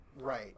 Right